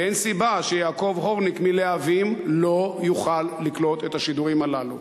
ואין סיבה שיעקב הורניק מלהבים לא יוכל לקלוט את השידורים הללו.